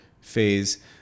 phase